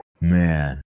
Man